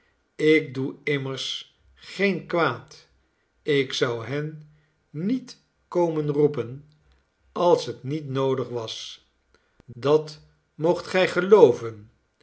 ik doe immers geen kwaad ik zou hen niet komen roepen als het niet noodig was dat moogt gij gelooven